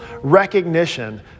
recognition